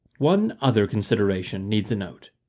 one other consideration needs a note.